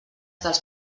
dels